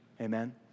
Amen